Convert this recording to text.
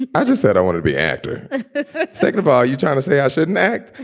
and i just said, i want to be actor second of all, you're trying to say i shouldn't act.